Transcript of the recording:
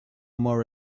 more